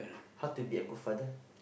how to be a good father